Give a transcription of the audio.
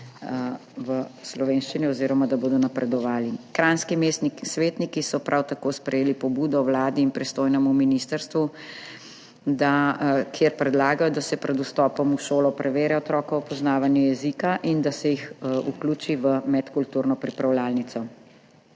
v slovenščini oziroma da bodo napredovali. Kranjski mestni svetniki so prav tako sprejeli pobudo Vladi in pristojnemu ministrstvu, kjer predlagajo, da se pred vstopom v šolo preverja otrokovo poznavanje jezika in da se jih vključi v medkulturno pripravljalnico.